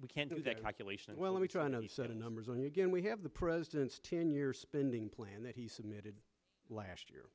we can't do that calculation well let me try another set of numbers on you again we have the president's ten year spending plan that he submitted last year